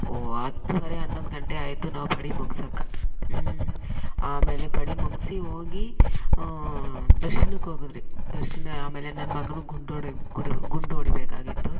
ಓ ಹತ್ತೂವರೆ ಹನ್ನೊಂದು ಗಂಟೆ ಆಯಿತು ನಾವು ಪಡಿ ಮುಗ್ಸೋಕೆ ಹ್ಞೂ ಆಮೇಲೆ ಪಡಿ ಮುಗಿಸಿ ಹೋಗಿ ದರ್ಶನಕ್ಕೋಗಿದ್ವಿ ದರ್ಶನ ಆಮೇಲೆ ನನ್ನ ಮಗನಿಗೆ ಗುಂಡೊಡಿ ಹೊಡಿ ಗುಂಡೊಡಿಬೇಕಾಗಿತ್ತು